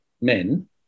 men